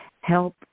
help